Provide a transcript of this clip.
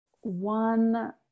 one